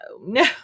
no